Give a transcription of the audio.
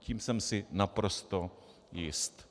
Tím jsem si naprosto jist.